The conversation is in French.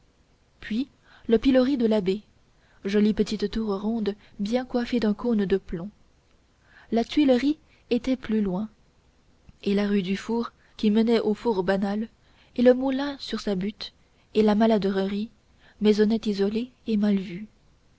puis le pilori de l'abbé jolie petite tour ronde bien coiffée d'un cône de plomb la tuilerie était plus loin et la rue du four qui menait au four banal et le moulin sur sa butte et la maladrerie maisonnette isolée et mal vue